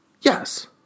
Yes